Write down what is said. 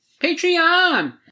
Patreon